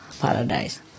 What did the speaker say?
paradise